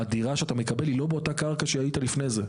הדירה שאתה מקבל היא לא באותה קרקע שהיית לפני זה.